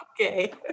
Okay